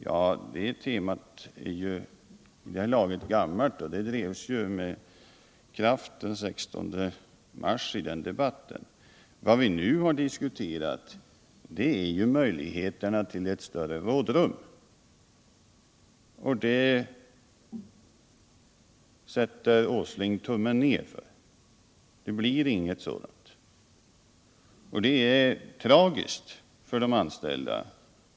Ja, detta tema är vid det här laget gammalt. Det drevs ju med kraft i debatten den 16 mars. Vad vi nu har diskuterat är möjligheterna till ett större rådrum, och för detta sätter herr Åsling tummen ned; det blir inget sådant. Det är tragiskt för de anställda.